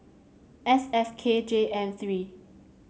S F K J M three